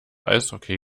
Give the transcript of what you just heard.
eishockey